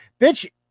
Bitch